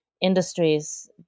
industries